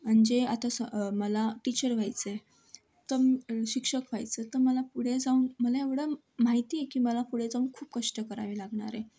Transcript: म्हणजे आता स मला टीचर व्हायचं आहे तर शिक्षक व्हायचं आहे तर मला पुढे जाऊन मला एवढं माहिती आहे की मला पुढे जाऊन खूप कष्ट करावे लागणार आहे